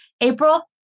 April